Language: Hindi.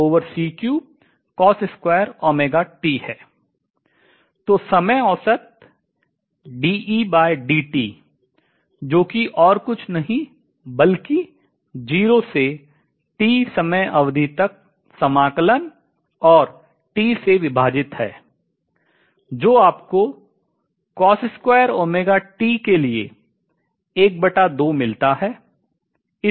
तो समय औसत जो कि और कुछ नहीं बल्कि 0 से T समय अवधि तक समाकलन और T से विभाजित है जो आपको के लिए ½ मिलता है